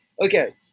Okay